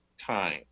time